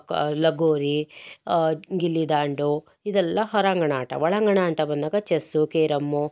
ಲಗೋರಿ ಗಿಲ್ಲಿದಾಂಡು ಇದೆಲ್ಲ ಹೊರಾಂಗಣ ಆಟ ಒಳಾಂಗಣ ಅಂತ ಬಂದಾಗ ಚೆಸ್ಸು ಕೇರಮ್ಮು